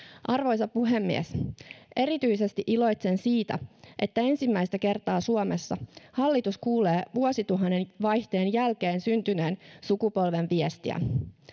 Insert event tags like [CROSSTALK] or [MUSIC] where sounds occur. arvoisa puhemies [UNINTELLIGIBLE] [UNINTELLIGIBLE] erityisesti iloitsen siitä [UNINTELLIGIBLE] että ensimmäistä kertaa suomessa [UNINTELLIGIBLE] hallitus kuulee vuosituhannen vaihteen jälkeen syntyneen sukupolven viestiä